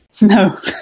No